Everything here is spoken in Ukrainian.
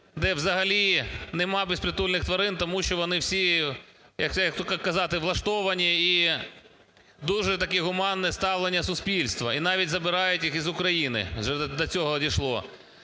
де взагалі нема безпритульних тварин, тому що вони всі, як-то казати, влаштовані і дуже таке гуманне ставлення суспільства, і навіть забирають їх із України, вже до цього дійшло.